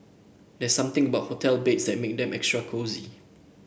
there's something about hotel beds that makes them extra cosy